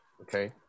okay